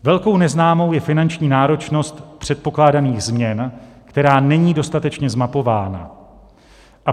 Velkou neznámou je finanční náročnost předpokládaných změn, která není dostatečně zmapována.